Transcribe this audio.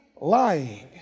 lying